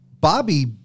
Bobby